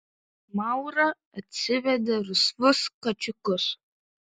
maura atsivedė rusvus kačiukus